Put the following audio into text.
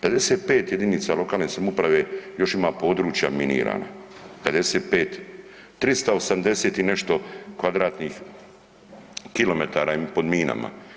55 jedinica lokalne samouprave još ima područja minirana, 55. 380 i nešto kvadratnih kilometara je pod minama.